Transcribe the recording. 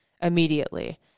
immediately